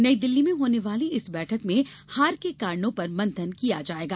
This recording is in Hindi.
नईदिल्ली में होने वाली इस बैठक में हार के कारणों पर मंथन किया जायेगा